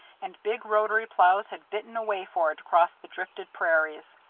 and big rotary ploughs had bitten a way for it across the drifted prairies.